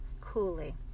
coolly